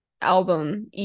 album